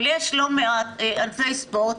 אבל יש לא מעט ענפי ספורט,